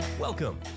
Welcome